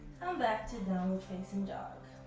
back to downward-facing dog.